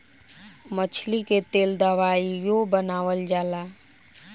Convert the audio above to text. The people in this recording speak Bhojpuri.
मछली के तेल दवाइयों बनावल जाला